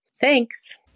Thanks